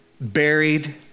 buried